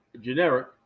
generic